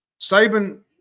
Saban